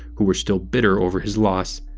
who were still bitter over his loss.